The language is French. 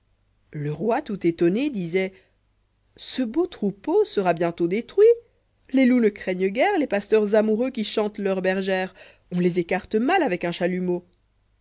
le roi tout étonné disoit ce beau troupeau sera bientôt détruit les loups ne craignent guère les past uoureux qui chantent leur bergères on les écarte mal avec un chalumeau